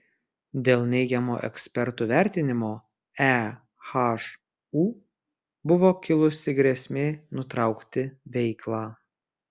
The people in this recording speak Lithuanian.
dėl neigiamo ekspertų vertinimo ehu buvo kilusi grėsmė nutraukti veiklą